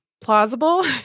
plausible